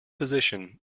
position